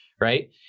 right